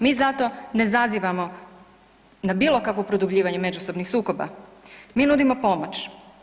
Mi za to ne zazivamo na bilo kakvo produbljivanje međusobnih sukoba, mi nudimo pomoć.